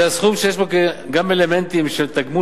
זה סכום שיש בו גם אלמנטים של תגמול